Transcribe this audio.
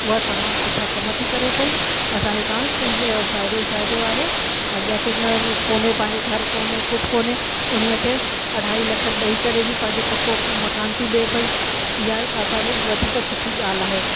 उहा तमामु सुठा कम थी करे पई असांजे फ़ाइदो ई फ़ाइदो आहे ऐं जंहिंखे ङ कोन्हे पंहिंजो घर कोन्हे कुझु कोन्हे उन्हीअ खे अढाई लख ॾेई करे बि पंहिंजो पको मकान थी ॾिए पई इहा असां व वधीक सुठी ॻाल्हि आहे